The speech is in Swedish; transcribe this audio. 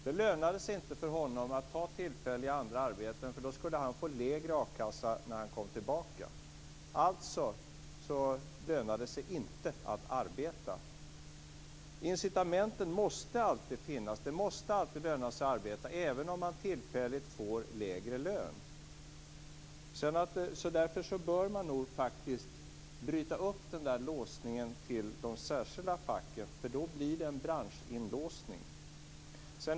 Det lönade sig inte för honom att ta tillfälliga andra arbeten, för då skulle han få lägre a-kassa när han kom tillbaka. Alltså lönade det sig inte att arbeta. Incitamenten måste alltid finnas. Det måste alltid löna sig att arbeta, även om man tillfälligt får lägre lön. Därför bör man nog bryta upp den där låsningen till de särskilda facken, för då blir det en branschinlåsning.